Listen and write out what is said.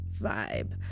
vibe